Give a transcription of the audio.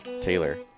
Taylor